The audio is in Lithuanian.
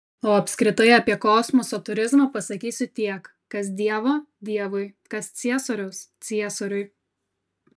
o apskritai apie kosmoso turizmą pasakysiu tiek kas dievo dievui kas ciesoriaus ciesoriui